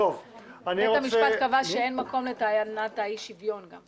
בית המשפט קבע שאין מקום לטענת אי השוויון גם.